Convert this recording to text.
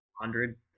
hundred